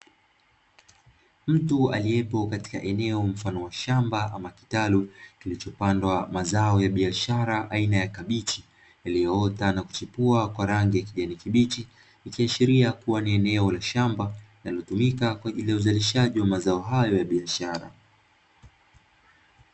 Mtu aliyepo katika eneo mfano wa shamba ama kitalu, kilichopandwa mazao ya biashara aina ya kabichi, iliyoota nakuchipua kwa rangi ya kijani kibichi, ikiashiria kuwa ni eneo la shamba, linalotumika kwa ajili ya uzalishaji wa mazao hayo ya biashara.